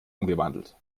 umgewandelt